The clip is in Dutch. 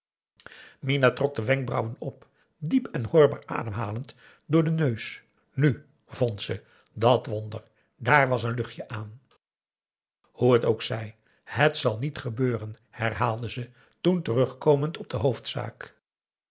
minah trok de wenkbrauwen op diep en hoorbaar ademhalend door den neus nu vond ze dàt wonder dààr was een luchtje aan hoe het ook zij het zal niet gebeuren herhaalde ze toen terugkomend op de hoofdzaak